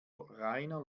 reiner